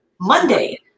Monday